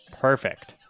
Perfect